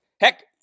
Heck